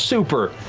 super,